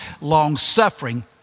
long-suffering